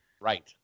right